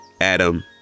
Adam